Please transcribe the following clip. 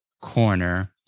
corner